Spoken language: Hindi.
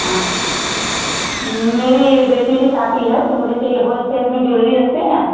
हाँ मेरी बेटी की शादी है तो मुझे चाहिए हॉलसेल में जुलरी रखते हैं आप